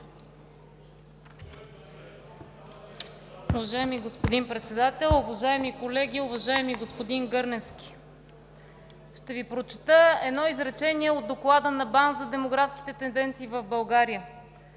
Уважаеми господин Председател, уважаеми колеги! Уважаеми господин Гърневски, ще Ви прочета едно изречение от Доклада на БАН за демографските тенденции в България.